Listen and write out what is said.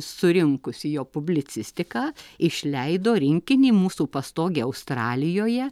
surinkusi jo publicistiką išleido rinkinį mūsų pastogė australijoje